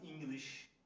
English